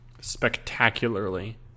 spectacularly